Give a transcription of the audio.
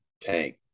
tank